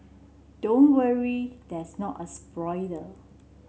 don't worry that's not a spoiler